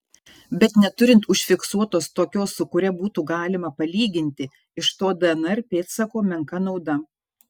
bet neturint užfiksuotos tokios su kuria būtų galima palyginti iš to dnr pėdsako menka nauda